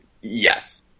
yes